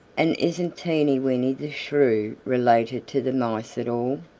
and isn't teeny weeny the shrew related to the mice at all?